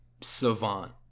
savant